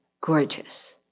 gorgeous